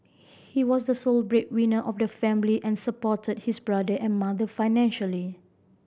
he was the sole breadwinner of the family and supported his brother and mother financially